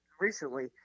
recently